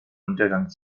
untergang